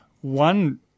One